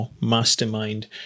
mastermind